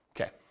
Okay